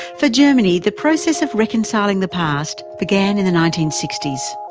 for germany the process of reconciling the past began in the nineteen sixty s.